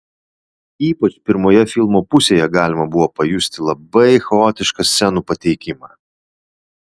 ypač pirmoje filmo pusėje galima buvo pajusti labai chaotišką scenų pateikimą